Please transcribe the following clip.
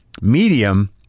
medium